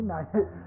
Nice